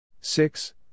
Six